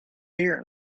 hear